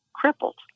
crippled